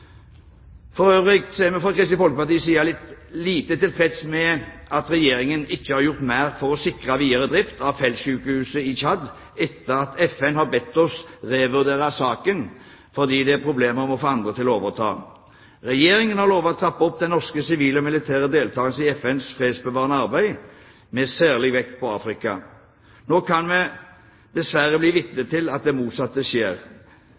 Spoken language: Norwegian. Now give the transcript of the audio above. For øvrig er vi fra Kristelig Folkepartis side lite tilfreds med at Regjeringen ikke har gjort mer for å sikre videre drift av feltsykehuset i Tsjad etter at FN har bedt oss revurdere saken fordi det er problemer med å få andre til å overta. Regjeringen har lovet å trappe opp den norske sivile og militære deltakelsen i FNs fredsbevarende arbeid, med særlig vekt på Afrika. Nå kan vi dessverre bli vitne til at det motsatte skjer.